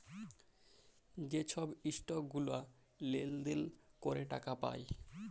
যে ছব ইসটক গুলা লেলদেল ক্যরে টাকা পায়